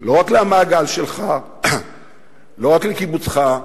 לא רק למעגל שלך, לא רק לקיבוצך,